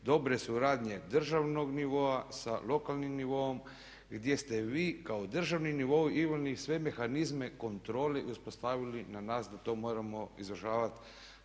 dobre suradnje državnog nivoa sa lokalnim nivoom gdje ste vi kao državni nivo imali sve mehanizme kontrole i uspostavili na nas da to moramo izvršavati